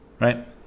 Right